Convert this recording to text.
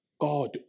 God